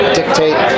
dictate